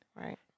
Right